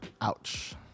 Ouch